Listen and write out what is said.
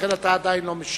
לכן אתה עדיין לא משיב,